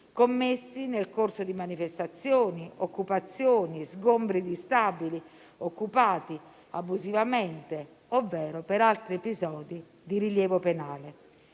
commessi nel corso di manifestazioni, occupazioni, sgombri di stabili, occupati abusivamente, ovvero per altri episodi di rilievo penale.